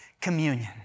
communion